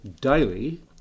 daily